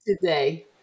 today